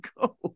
go